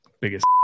biggest